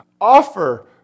Offer